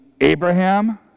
Abraham